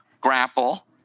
grapple